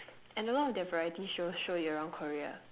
and a lot of their variety shows show you around Korea